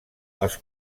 els